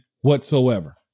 whatsoever